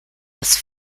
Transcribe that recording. das